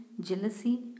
jealousy